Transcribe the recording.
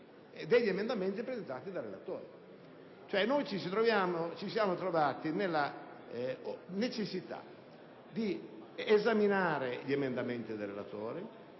degli emendamenti presentati dal relatore. Ci siamo trovati dunque nella necessità di esaminare gli emendamenti del relatore,